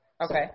Okay